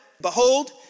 Behold